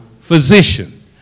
physician